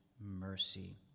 mercy